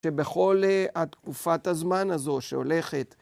שבכל התקופת הזמן הזו שהולכת...